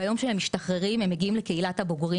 ביום שהם משתחררים הם מגיעים לקהילת הבוגרים